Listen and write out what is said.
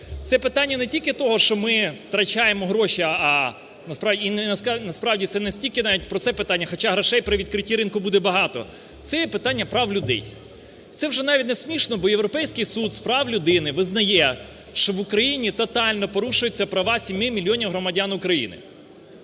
Це питання не тільки того, що ми втрачаємо гроші, а насправді, це не стільки навіть про це питання, хоча грошей при відкритті ринку буде багато, це є питання прав людей. Це вже навіть не смішно, бо Європейський суд з прав людини визнає, що в Україні тотально порушуються права 7 мільйонів громадян України.